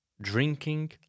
Drinking